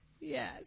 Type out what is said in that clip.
Yes